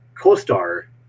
co-star